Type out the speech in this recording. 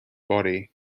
body